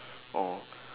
or